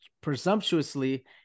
presumptuously